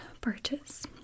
purchase